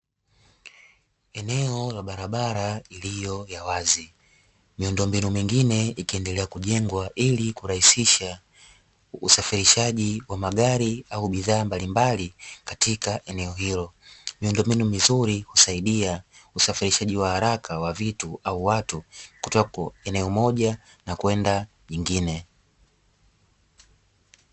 Eneo la barabara iliyo ya wazi miundombinu mingine ikiendelea kujengwa ili kurahisisha usafirishaji wa magari au bidhaa mbalimbali katika eneo hilo, miundombinu mizuri husaidia usafirishaji wa haraka wa vitu au watu kutoka eneo moja na kwenda jingine.